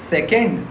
Second